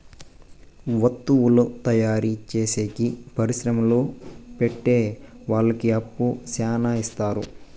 వత్తువుల తయారు చేసేకి పరిశ్రమలు పెట్టె వాళ్ళకి అప్పు శ్యానా ఇత్తారు